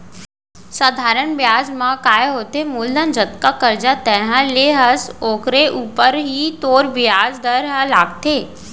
सधारन बियाज म काय होथे मूलधन जतका करजा तैंहर ले हस ओकरे ऊपर ही तोर बियाज दर ह लागथे